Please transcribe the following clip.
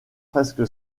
presque